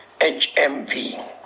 HMV